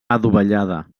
adovellada